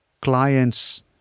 clients